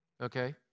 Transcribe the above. okay